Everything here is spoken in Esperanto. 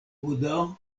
buda